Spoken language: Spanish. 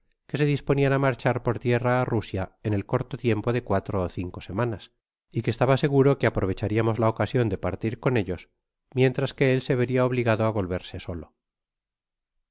que se disponian á marchar por tierra á rusia en el corto tiempo de cuatro ó cinco semanas y que estaba seguro que aprovechariamos la ocasion de partir con ellos mientras que él se veria obligado á volverse solo